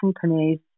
companies